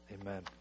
amen